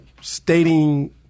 stating